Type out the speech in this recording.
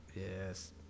Yes